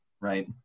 right